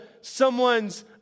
someone's